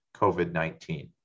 COVID-19